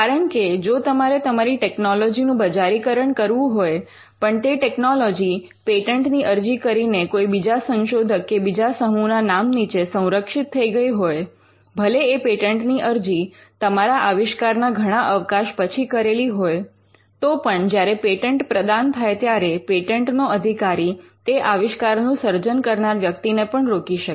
કારણકે જો તમારે તમારી ટેકનોલોજીનું બજારીકરણ કરવું હોય પણ તે ટેકનોલોજી પેટન્ટની અરજી કરીને કોઈ બીજા સંશોધક કે બીજા સમૂહના નામ નીચે સંરક્ષિત થઈ ગઈ હોય ભલે એ પેટન્ટ ની અરજી તમારા આવિષ્કારના ઘણા અવકાશ પછી કરેલી હોય તો પણ જ્યારે પેટન્ટ પ્રદાન થાય ત્યારે પેટન્ટનો અધિકારી તે આવિષ્કારનું સર્જન કરનાર વ્યક્તિને પણ રોકી શકે